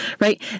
right